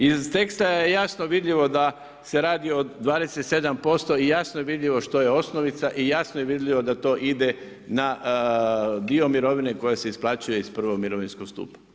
Iz teksta je jasno vidljivo da se radi o 27% i jasno je vidljivo što je osnovica i jasno je vidljivo da to ide na dio mirovine koja se isplaćuje iz prvog mirovinskog stupa.